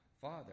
Father